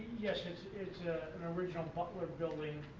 yes, it's it's ah an original butler building,